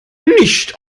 nicht